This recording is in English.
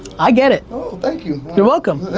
i get it. oh, thank you. you're welcome.